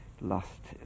lost